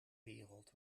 wereld